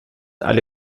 alle